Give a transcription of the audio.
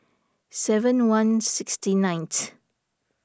seven one six ninth